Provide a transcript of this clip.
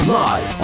live